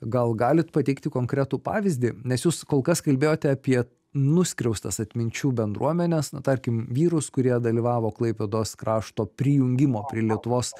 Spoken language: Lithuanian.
gal galit pateikti konkretų pavyzdį nes jūs kol kas kalbėjote apie nuskriaustas atminčių bendruomenes na tarkim vyrus kurie dalyvavo klaipėdos krašto prijungimo prie lietuvos